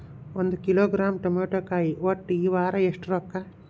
ಒಂದ್ ಕಿಲೋಗ್ರಾಂ ತಮಾಟಿಕಾಯಿ ಒಟ್ಟ ಈ ವಾರ ಎಷ್ಟ ರೊಕ್ಕಾ?